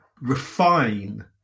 refine